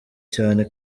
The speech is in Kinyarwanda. cyane